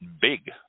big